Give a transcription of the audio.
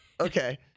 Okay